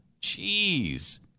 Jeez